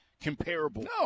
comparable